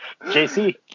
JC